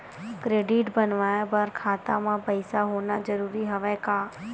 Credit बनवाय बर खाता म पईसा होना जरूरी हवय का?